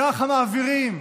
ככה מעבירים?